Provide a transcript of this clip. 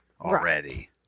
already